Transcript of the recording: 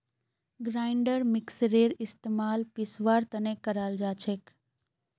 grinder मिक्सरेर इस्तमाल पीसवार तने कराल जाछेक